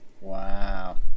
Wow